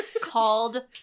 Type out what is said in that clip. called